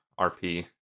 rp